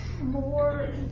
more